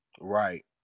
Right